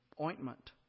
ointment